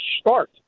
start